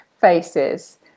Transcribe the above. faces